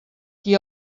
qui